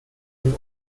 dem